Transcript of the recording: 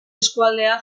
eskualdea